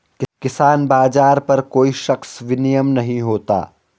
किसान बाज़ार पर कोई सख्त विनियम नहीं होता